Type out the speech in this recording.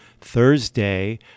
Thursday